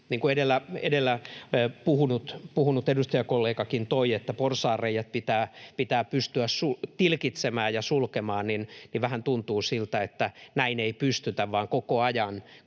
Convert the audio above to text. kuin edellä puhunut edustajakollegakin toi esiin, että porsaanreiät pitää pystyä tilkitsemään ja sulkemaan, niin vähän tuntuu siltä, että tähän ei pystytä vaan koko ajan